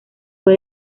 fue